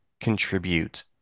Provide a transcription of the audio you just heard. contribute